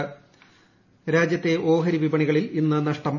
ഓഹരി രാജ്യത്തെ ഓഹരി വിപണിയിൽ ഇന്ന് നഷ്ടം